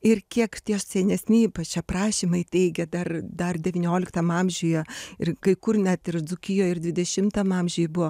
ir kiek senesni ypač aprašymai teigia dar dar devynioliktam amžiuje ir kai kur net ir dzūkijoj ir dvidešimtam amžiuj buvo